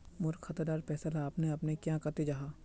मोर खाता डार पैसा ला अपने अपने क्याँ कते जहा?